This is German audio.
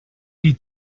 die